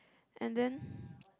and then